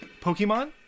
Pokemon